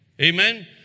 Amen